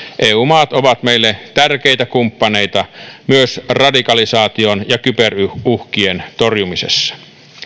eu maat ovat meille tärkeitä kumppaneita myös radikalisaation ja kyberuhkien torjumisessa